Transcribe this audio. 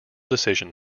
decision